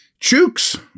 Chooks